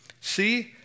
See